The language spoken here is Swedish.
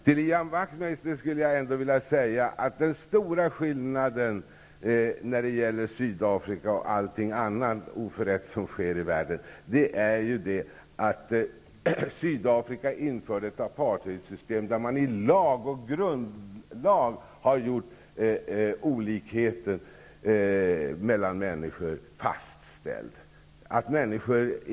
Till Ian Wachtmeister vill jag säga att den stora skillnaden mellan problemen i Sydafrika och alla andra oförrätter som sker i världen är att Sydafrika införde ett apartheidsystem där man i lag och grundlag har slagit fast olikheter mellan människor.